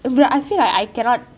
but I feel like I cannot